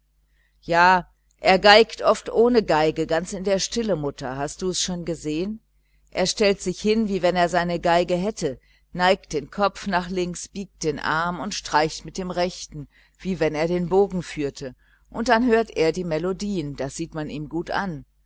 ja er geigt oft ohne violine ganz in der stille mutter hast du es schon gesehen er stellt sich so hin wie wenn er seine geige hätte neigt den kopf nach links biegt den arm und streicht mit dem rechten wie wenn er den bogen führte und dann hört er die melodien das sieht man ihm gut an